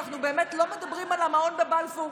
אנחנו באמת לא מדברים על המעון בבלפור,